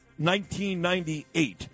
1998